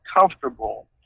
comfortable